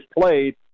played